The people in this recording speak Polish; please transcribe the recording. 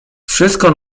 wszystko